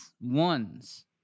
Ones